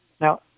Now